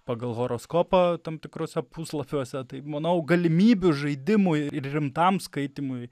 pagal horoskopą tam tikruose puslapiuose taip manau galimybių žaidimui ir rimtam skaitymui